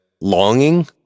longing